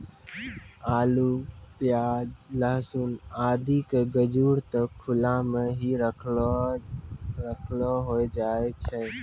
आलू, प्याज, लहसून आदि के गजूर त खुला मॅ हीं रखलो रखलो होय जाय छै